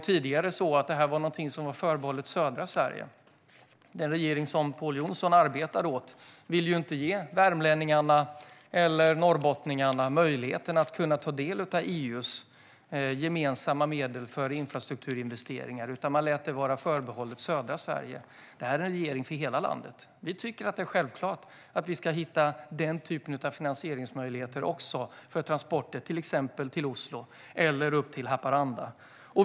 Tidigare var detta något som var förbehållet södra Sverige. Den regering som Pål Jonson arbetade åt ville ju inte ge värmlänningarna eller norrbottningarna möjligheten att ta del av EU:s gemensamma medel för infrastrukturinvesteringar, utan man lät det vara förbehållet södra Sverige. Det här är en regering för hela landet. Vi tycker att det är självklart att man ska hitta också den typen av finansieringsmöjligheter för transporter till exempel till Oslo eller upp till Haparanda.